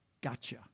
gotcha